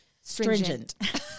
stringent